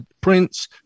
Prince